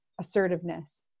assertiveness